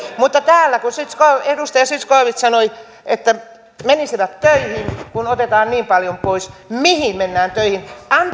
mutta täällä kun edustaja zyskowicz sanoi että menisivät töihin kun otetaan niin paljon pois mihin mennään töihin